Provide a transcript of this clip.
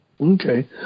Okay